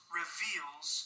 reveals